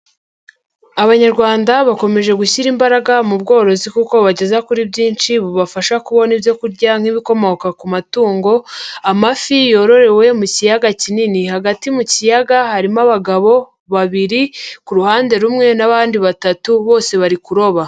Abanyarwanda bakomeje gushyira imbaraga mu bworozi kuko bubageza kuri byinshi bubafasha kubona ibyo kurya nk'ibikomoka ku matungo, amafi yororewe mu kiyaga kinini, hagati mu kiyaga harimo abagabo babiri ku ruhande rumwe n'abandi batatu bose bari kuroba.